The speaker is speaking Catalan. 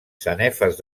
sanefes